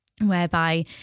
whereby